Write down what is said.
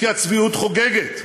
כי הצביעות חוגגת,